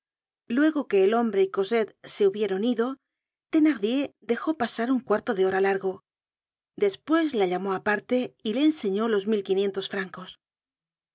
luego que el hombre y cosette se hubieron ido thenardier dejó pasar un cuarto de hora largo despues la llamó aparte y le enseñó los mil quinientos francos